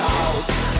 out